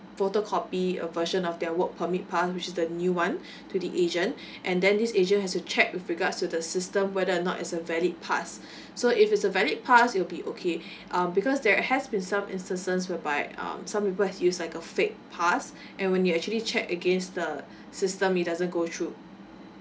photocopy a version of their work permit pass which the new one to the agent and then these agents has to check with regards to the system whether or not as a valid pass so if it's a valid pass you'll be okay um because there has been some instances whereby um some request use like a fake pass and when we actually check against the system it doesn't go through